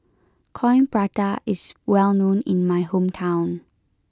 Coin Prata is well known in my hometown